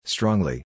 Strongly